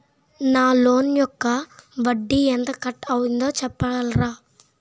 నా లోన్ యెక్క వడ్డీ ఎంత కట్ అయిందో చెప్పగలరా?